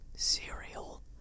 Cereal